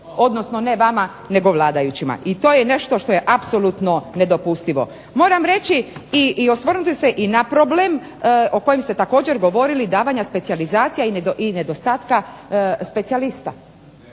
odnosno ne vama odnosno vladajućima. I to je nešto što je apsolutno nedopustivo. Moram reći i osvrnuti se na problem o kojem ste također govorili davanja specijalizacija i nedostatka specijalista.